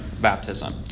baptism